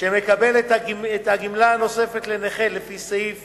שמקבל את הגמלה הנוספת לנכה לפי סעיף